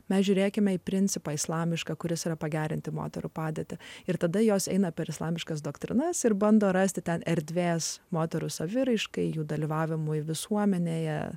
mes žiūrėkime į principą islamišką kuris yra pagerinti moterų padėtį ir tada jos eina per islamiškas doktrinas ir bando rasti ten erdvės moterų saviraiškai jų dalyvavimui visuomenėje